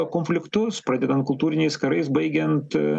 konfliktus pradedant kultūriniais karais baigiant